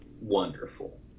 wonderful